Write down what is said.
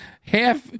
Half